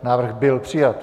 Návrh byl přijat.